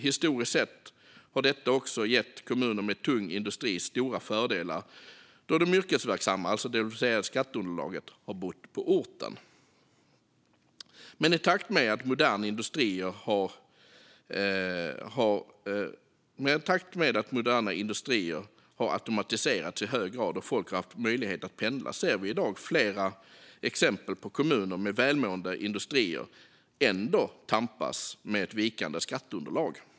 Historiskt sett har detta också gett kommuner med tung industri stora fördelar då de yrkesverksamma, det vill säga skatteunderlaget, har bott på orten. I takt med att moderna industrier i hög grad har automatiserats och folk har fått möjlighet att pendla ser vi dock flera exempel på kommuner med välmående industrier som i dag ändå tampas med ett vikande skatteunderlag.